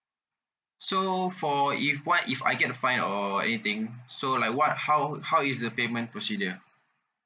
so for if what if I get a fine or anything so like what how how is the payment procedure